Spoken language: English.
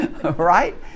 Right